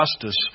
justice